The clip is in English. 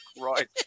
right